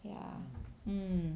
ya mm